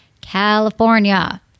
California